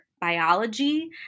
biology